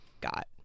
got